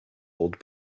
old